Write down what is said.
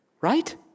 right